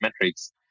metrics